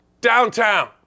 Downtown